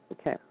Okay